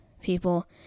people